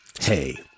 hey